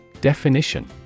Definition